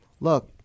look